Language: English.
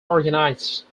organized